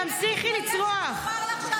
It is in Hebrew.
תמשיכי לצרוח.